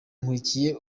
nkurikiye